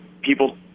people